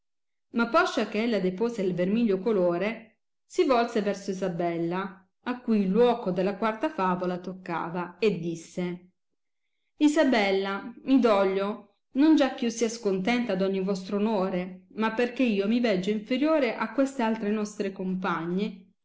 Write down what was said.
ma poscia che ella depose il vermiglio colore si volse verso isabella a cui il luoco della quarta favola toccava e disse isabella mi doglio non già eh io sia scontenta d ogni vostro onore ma per che io mi veggio inferiore a queste altre nostre compagne